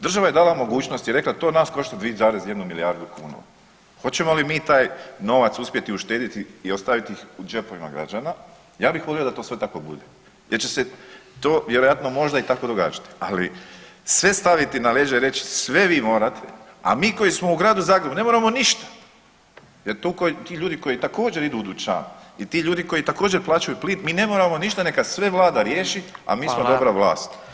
Država je dala mogućnost i rekla to nas košta 2,1 milijardu kuna, hoćemo li mi taj novac uspjeti uštedjeti i ostavit ih u džepovima građana, ja bih volio da to sve tako bude jer će se to vjerojatno možda i tako događati, ali sve staviti na leđa i reći sve vi morate, a mi koji smo u Gradu Zagrebu ne moramo ništa jer ti ljudi koji također idu u dućan i ti ljudi koji također plaćaju plin mi ne moramo ništa neka sve vlada riješi, a mi smo dobra vlast, e s time se ne slažemo.